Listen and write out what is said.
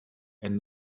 and